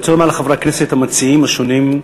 אני רוצה לומר לחברי הכנסת המציעים השונים,